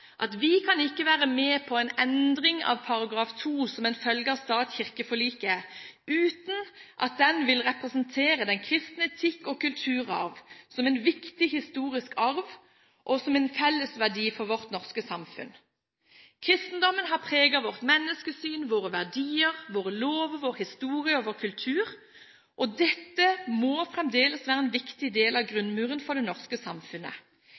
at vi ikke kan være med på en endring av § 2, som en følge av stat–kirke-forliket, uten at den vil representere den kristne etikk og kulturarv som en viktig historisk arv, og som en fellesverdi i vårt norske samfunn. Kristendommen har preget vårt menneskesyn, våre verdier, våre lover, vår historie og vår kultur, og dette må fremdeles være en viktig del av grunnmuren for det norske samfunnet.